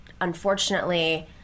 unfortunately